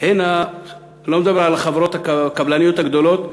אני לא מדבר על החברות הקבלניות הגדולות.